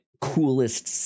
coolest